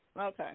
Okay